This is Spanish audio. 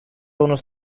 unos